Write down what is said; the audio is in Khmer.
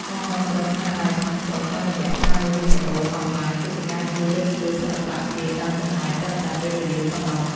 ការគាំទ្រស្នាដៃក្នុងស្រុកតាមរយៈការមើលវីដេអូអនឡាញគឺជាការជួយលើកស្ទួយសិល្បៈជាតិដោយចំណាយត្រឹមតែពេលវេលាប៉ុណ្ណោះ។